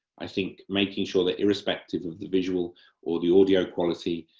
i think making sure that irrespective of the visual or the audio quality,